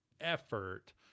effort